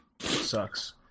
sucks